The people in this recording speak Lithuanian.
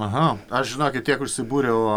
aha aš žinokit tiek užsibūriau